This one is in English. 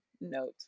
note